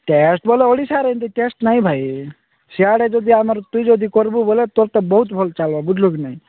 test ବୋଲେ ଓଡ଼ିଶାରେ ଏମିତି ଟେଷ୍ଟ ନାହିଁ ଭାଇ ସିଆଡ଼େ ଯଦି ଆମର ତୁ ଯଦି କରିବୁ ବୋଇଲେ ତୋର ତ ବହୁତ ଭଲ ଚାଲିବ ବୁଝିଲୁ କି ନାହିଁ